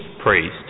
priest